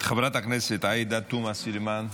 חברת הכנסת עאידה תומא סלימאן,